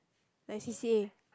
like C_C_A